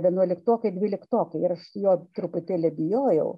vienuoliktokai dvyliktokai ir aš jo truputėlį bijojau